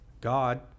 god